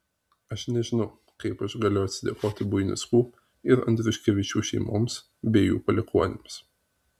aš nežinau kaip aš galiu atsidėkoti buinickų ir andriuškevičių šeimoms bei jų palikuonims